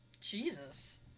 Jesus